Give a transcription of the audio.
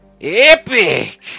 Epic